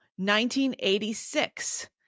1986